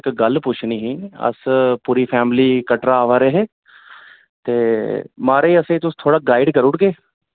इक गल्ल पुच्छनी ही अस पूरी फैमिली कटरा आव दे हे ते महाराज असेंगी तुस थोह्ड़ा गाइड करू उड़गे